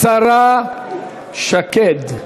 השרה שקד.